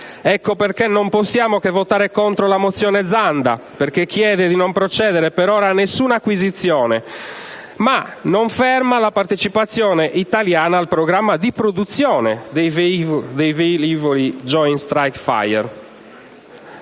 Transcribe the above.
motivi, non possiamo che votare contro la mozione del senatore Zanda: essa chiede di non procedere per ora a nessuna acquisizione, ma non ferma la partecipazione italiana al programma di produzione dei velivoli Joint strike fighter.